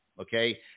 Okay